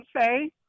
say